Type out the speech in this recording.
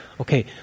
okay